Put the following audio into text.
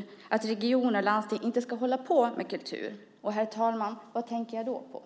Man tycker att regioner och landsting inte ska hålla på med kultur. Och, herr talman, vad tänker jag då på?